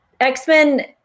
x-men